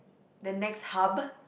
then next hub